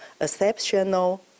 exceptional